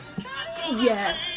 Yes